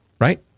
right